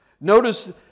Notice